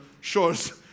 shores